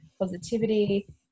positivity